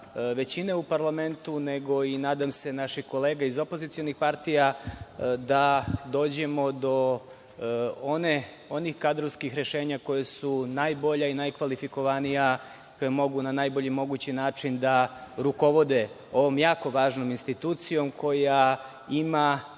većine u parlamentu, nego nadam se i naših kolega iz opozicionih partija da dođemo do onih kadrovskih rešenja koja su najbolja i najkvalifikovanija, koja mogu na najbolji mogući način da rukovode ovom jako važnom institucijom koja ima